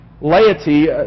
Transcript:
laity